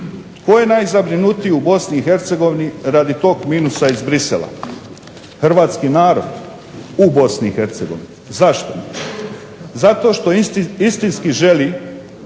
Tko je najzabrinutiji u BiH radi tog minusa iz Bruxellesa? Hrvatski narod u BiH. Zašto? Zato što istinski želi